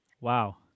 Wow